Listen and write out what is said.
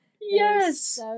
Yes